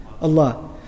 Allah